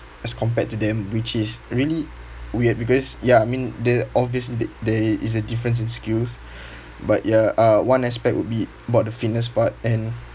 as compared to them which is really weird because ya I mean there obviously there there is a difference in skills but ya uh one aspect would be about the fitness part and